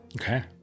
Okay